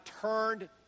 turned